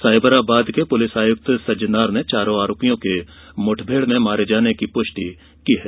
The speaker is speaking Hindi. साइबराबाद के पुलिस आयुक्त सज्जनार ने चारों आरोपियों के मुठभेड़ में मारे जाने की पुष्टि की है